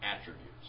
attributes